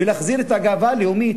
ולהחזיר את הגאווה הלאומית,